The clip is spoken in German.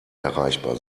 erreichbar